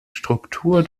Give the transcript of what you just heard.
struktur